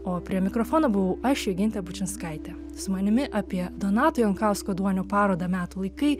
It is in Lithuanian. o prie mikrofono buvau aš jogintė bučinskaitė su manimi apie donato jankausko duonio parodą metų laikai